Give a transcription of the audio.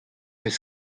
eus